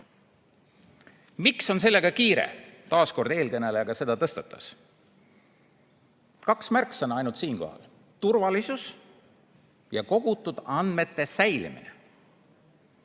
Miks on sellega kiire? Taas kord eelkõneleja seda tõstatas. Kaks märksõna ainult siinkohal: turvalisus ja kogutud andmete säilimine.